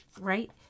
right